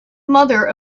mother